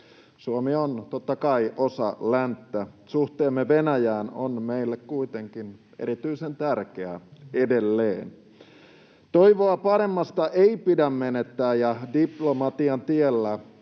Suomi on totta kai osa länttä. Suhteemme Venäjään on meille kuitenkin erityisen tärkeä edelleen. Toivoa paremmasta ei pidä menettää, ja diplomatian tiellä